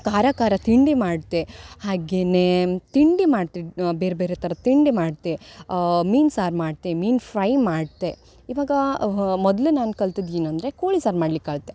ಖಾರ ಖಾರ ತಿಂಡಿ ಮಾಡ್ತೆ ಹಾಗೇನೇ ತಿಂಡಿ ಮಾಡ್ತಿ ಬೇರೆ ಬೇರೆ ಥರದ ತಿಂಡಿ ಮಾಡ್ತೆ ಮೀನು ಸಾರು ಮಾಡ್ತೆ ಮೀನು ಫ್ರೈ ಮಾಡ್ತೆ ಇವಾಗ ಮೊದ್ಲು ನಾನು ಕಲ್ತದ್ದು ಏನಂದರೆ ಕೋಳಿ ಸಾರು ಮಾಡ್ಲಿಕ್ಕೆ ಕಲ್ತೆ